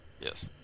Yes